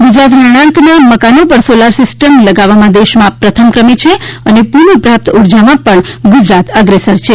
ગુજરાત રહેણાંકના મકાનો પર સોલાર સિસ્ટમ લગાડવામાં દેશમાં પ્રથમ ક્રમે છે અને પૂનપ્રાપ્ય ઉર્જામાં પણ અગ્રેસર છે